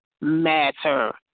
matter